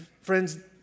friends